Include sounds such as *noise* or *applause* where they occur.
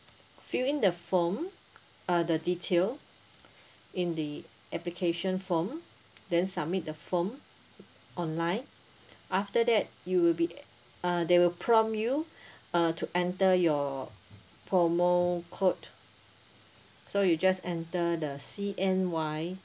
fill in the form uh the detail in the application form then submit the form online after that you will be uh they will prompt you *breath* uh to enter your promo code so you just enter the C_N_Y